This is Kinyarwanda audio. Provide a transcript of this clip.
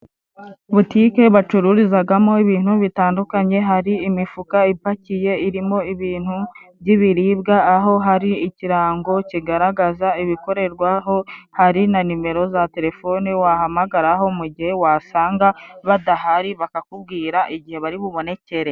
Butike bacururizamo ibintu bitandukanye, hari imifuka ipakiye irimo ibintu by'ibiribwa, aho hari ikirango kigaragaza ibikorerwa aho, hari na nimero za terefone wahamagararaho mu gihe wasanga badahari, bakakubwira igihe bari bubonekere.